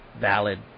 valid